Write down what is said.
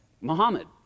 Muhammad